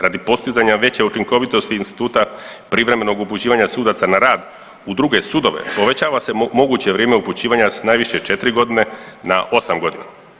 Radi postizanja veće učinkovitosti instituta privremenog upućivanja sudaca na rad u druge sudove povećava se moguće vrijeme upućivanja s najviše 4 godine na 8 godina.